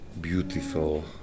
beautiful